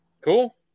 Cool